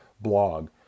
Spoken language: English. blog